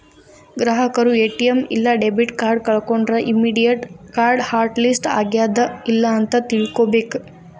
ಗ್ರಾಹಕರು ಎ.ಟಿ.ಎಂ ಇಲ್ಲಾ debit card ಕಳ್ಕೊಂಡ್ರ ಇಮ್ಮಿಡಿಯೇಟ್ ಕಾರ್ಡ್ ಹಾಟ್ ಲಿಸ್ಟ್ ಆಗ್ಯಾದ ಇಲ್ಲ ಅಂತ ತಿಳ್ಕೊಬೇಕ್